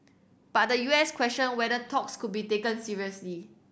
but the U S questioned whether talks could be taken seriously